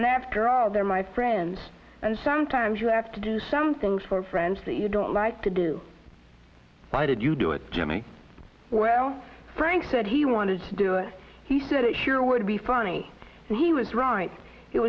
and after all they're my friends and sometimes you have to do some things for friends that you don't like to do why did you do it jimmy well frank said he wanted to do it he said it sure would be funny and he was right it